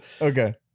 okay